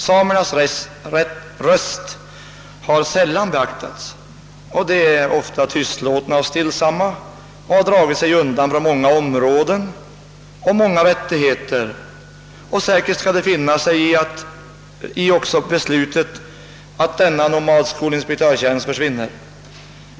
Samernas röst har sällan beaktats. De är ofta tystlåtna och stillsamma och har dragit sig undan från många områden och rättigheter, och säkert skall de också finna sig i beslutet att denna nomadskolinspektörstjänst försvinner.